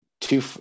two